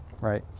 Right